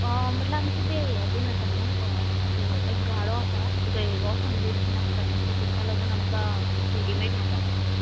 म्हटल्यार आमचें तें हें बीन आसा न्हू सो एक गाडो आसा सो थंय रोस ऑमलेट बीन आसता न्हू सो तेंका लागून आमकां रेडीमेड मसालो जाय आसलो